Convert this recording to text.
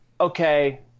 okay